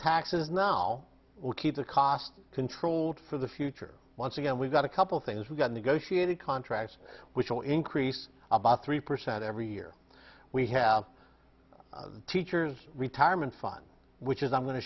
taxes now will keep the costs controlled for the future once again we've got a couple things we've got negotiated contracts which will increase about three percent every year we have teachers retirement fund which is i'm going to